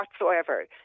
Whatsoever